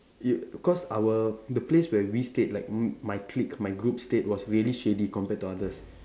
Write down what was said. err cause our the place where we stayed like m~ my clique my group stayed was really shady compared to others